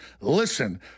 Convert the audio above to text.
Listen